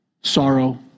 Sorrow